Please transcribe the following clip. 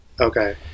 Okay